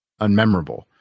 unmemorable